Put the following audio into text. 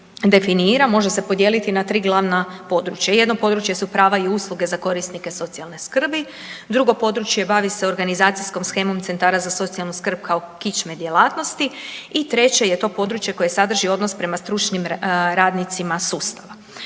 može se podijeliti na tri glavna područja, jedno područje su prava i usluge za korisnike socijalne skrbi, drugo područje bavi se organizacijskom shemom centara za socijalnu skrb kao kičme djelatnosti i treće je to područje koje sadrži odnos prema stručnim radnicima sustava.